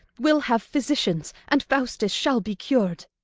we'll have physicians, and faustus shall be cur'd.